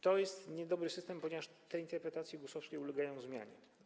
To jest niedobry system, ponieważ te interpretacje GUS-owskie ulegają zmianie.